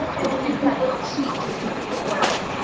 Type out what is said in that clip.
and and to make that little cheat, just to make it work.